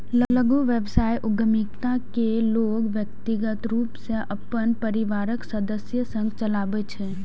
लघु व्यवसाय उद्यमिता कें लोग व्यक्तिगत रूप सं अपन परिवारक सदस्य संग चलबै छै